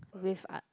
with ah~